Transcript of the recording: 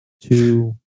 two